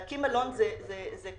להקים מלון זה קשה.